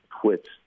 quit